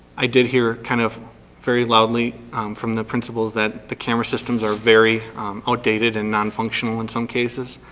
i did hear kind of very loudly from the principals that the camera systems are very outdated and non-functional in some cases.